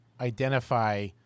identify